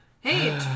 Hey